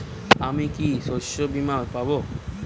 আমি কি শষ্যবীমা পাব?